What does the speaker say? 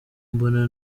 mbona